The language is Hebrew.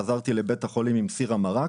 חזרתי לבית החולים עם סיר המרק,